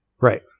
Right